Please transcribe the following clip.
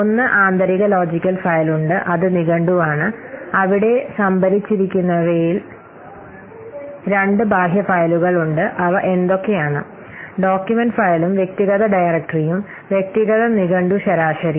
1 ആന്തരിക logical file ഉണ്ട് അത് നിഘണ്ടുവാണ് അവിടെ സംഭരിച്ചിരിക്കുന്നവയിൽ 2 ബാഹ്യ ഫയലുകളുണ്ട് അവ എന്തൊക്കെയാണ് ഡോക്യുമെന്റ് ഫയലും വ്യക്തിഗത ഡയറക്ടറിയും വ്യക്തിഗത നിഘണ്ടു ശരാശരിയും